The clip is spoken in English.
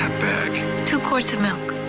two quartsf milk.